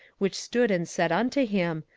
which stood and said unto him,